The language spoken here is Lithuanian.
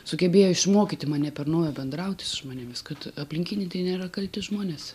sugebėjo išmokyti mane per naują bendrauti su žmonėmis kad aplinkiniai nėra kalti žmonės